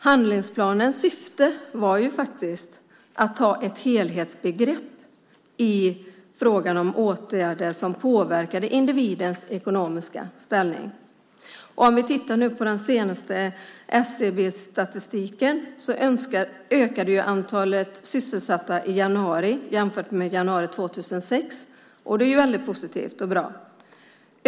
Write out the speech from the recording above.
Handlingsplanens syfte var att ta ett helhetsgrepp på frågan om åtgärder som påverkar individens ekonomiska ställning. Enligt den senaste SCB-statistiken ökade antalet sysselsatta i januari jämfört med januari 2006, och det är ju väldigt positivt.